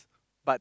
but